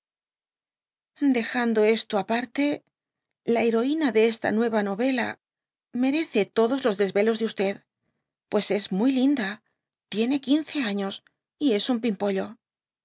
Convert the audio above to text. dejando esto apártenla heroína de esta nueya noyela merece todos los dcsyclos de pues es muy linda tiene quince años y es un pimpollo